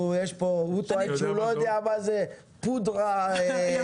הוא טוען שהוא לא יודע מה זה פודרה דחוסה.